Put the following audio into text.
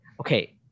Okay